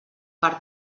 per